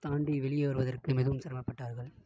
தாண்டி வெளியே வருவதற்கு மிகவும் சிரமப்பட்டார்கள்